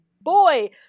boy